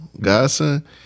Godson